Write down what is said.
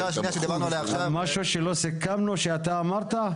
משהו שלא סיכמנו ואתה אמרת?